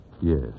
Yes